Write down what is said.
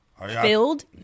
Filled